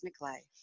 Life